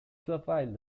survived